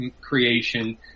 creation